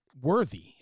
worthy